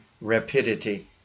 rapidity